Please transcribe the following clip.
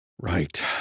Right